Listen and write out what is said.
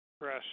press